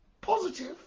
positive